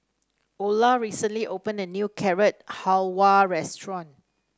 Olar recently opened a new Carrot Halwa Restaurant